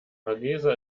hargeysa